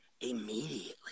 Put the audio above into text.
Immediately